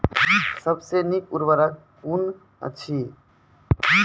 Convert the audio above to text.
सबसे नीक उर्वरक कून अछि?